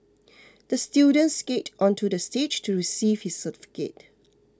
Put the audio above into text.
the student skated onto the stage to receive his certificate